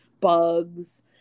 bugs